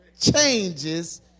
changes